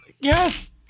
yes